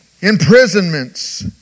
imprisonments